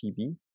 TB